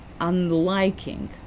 unliking